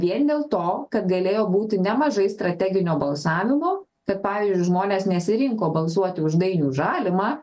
vien dėl to kad galėjo būti nemažai strateginio balsavimo kad pavyzdžiui žmonės nesirinko balsuoti už dainių žalimą